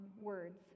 words